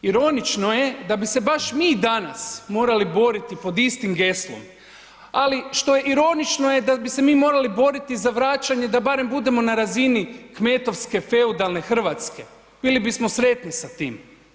Ironično je da bi se baš mi danas morali boriti pod istim geslom, ali što ironično je da bi se mi morali boriti za vraćanje da barem budemo na razini kmetovske feudalne Hrvatske, bili bismo sretni sa tim.